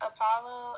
Apollo